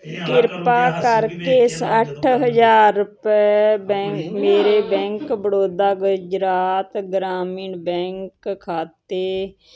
ਕਿਰਪਾ ਕਰਕੇ ਸੱਠ ਹਜ਼ਾਰ ਰੁਪਏ ਬੈਂ ਮੇਰੇ ਬੈਂਕ ਬੜੌਦਾ ਗੁਜਰਾਤ ਗ੍ਰਾਮੀਣ ਬੈਂਕ ਖਾਤੇ